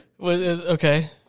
Okay